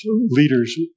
leaders